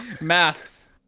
Maths